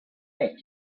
had